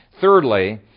Thirdly